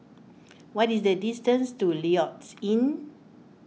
what is the distance to Lloyds Inn